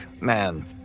man